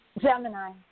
Gemini